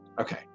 Okay